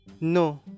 No